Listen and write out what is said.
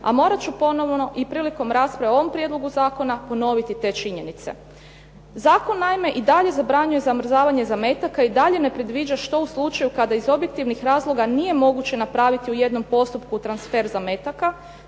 a morat ću ponovno i prilikom rasprave o ovom prijedlogu zakona ponoviti te činjenice. Zakon naime i dalje zabranjuje zamrzavanje zametaka, i dalje ne predviđa što u slučaju kada iz objektivnih razloga nije moguće napraviti u jednom postupku transfer zametaka.